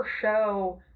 show